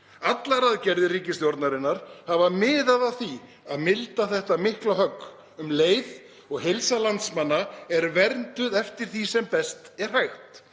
Allar aðgerðir ríkisstjórnarinnar hafa miðað að því að milda þetta mikla högg um leið og heilsa landsmanna er vernduð eftir því sem best er hægt.